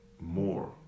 more